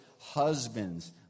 husbands